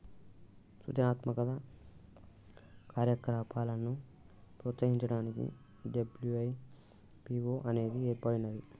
సృజనాత్మక కార్యకలాపాలను ప్రోత్సహించడానికి డబ్ల్యూ.ఐ.పీ.వో అనేది ఏర్పడినాది